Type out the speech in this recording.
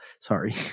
sorry